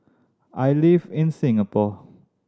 I live in Singapore